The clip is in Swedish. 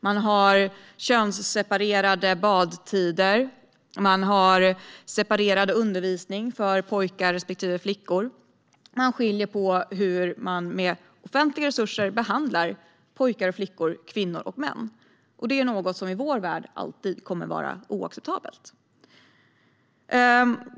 Man har könsseparerade badtider och separerad undervisning för pojkar respektive flickor, och man skiljer på hur man med offentliga resurser behandlar pojkar och flickor, kvinnor och män. Detta är något som i vår värld alltid kommer att vara oacceptabelt.